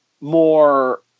more